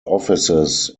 offices